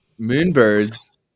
moonbirds